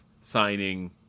signing